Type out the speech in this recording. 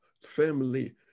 family